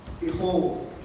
behold